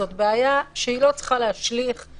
זאת בעיה שהיא לא צריכה להשליך.